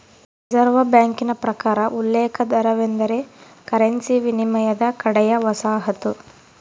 reserve ಬ್ಯಾಂಕಿನ ಪ್ರಕಾರ ಉಲ್ಲೇಖ ದರವೆಂದರೆ ಕರೆನ್ಸಿ ವಿನಿಮಯದ ಕಡೆಯ ವಸಾಹತು